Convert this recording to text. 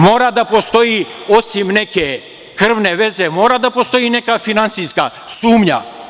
Mora da postoji, osim neke krvne veze, mora da postoji i neka finansijska sumnja.